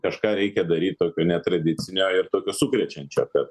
kažką reikia daryt tokio netradicinio ir tokio sukrečiančio kad